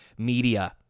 Media